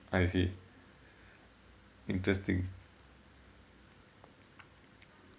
I see interesting